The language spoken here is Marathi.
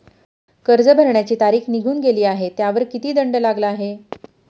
कर्ज भरण्याची तारीख निघून गेली आहे त्यावर किती दंड लागला आहे?